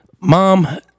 mom